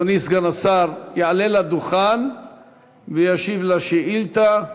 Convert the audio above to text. אדוני סגן השר יעלה לדוכן וישיב לשאילתה.